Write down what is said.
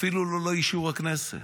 אפילו ללא אישור הכנסת.